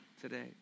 today